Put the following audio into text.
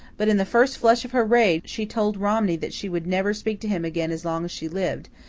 but, in the first flush of her rage, she told romney that she would never speak to him again as long as she lived.